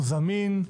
הוא זמין,